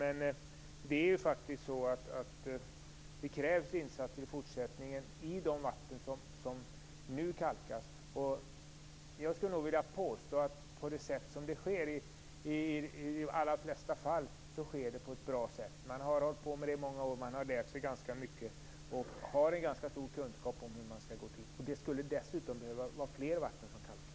Men det krävs faktiskt insatser i fortsättningen i de vatten som nu kalkas. Jag skulle nog vilja påstå att det i de allra flesta fall sker på ett bra sätt. Man har hållit på i flera år, man har lärt sig ganska mycket och man har en ganska stor kunskap om hur man skall gå till väga. Det är dessutom fler vatten som skulle behöva kalkas.